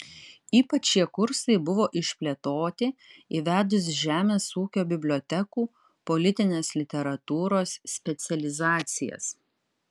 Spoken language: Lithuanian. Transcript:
ypač šie kursai buvo išplėtoti įvedus žemės ūkio bibliotekų politinės literatūros specializacijas